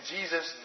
Jesus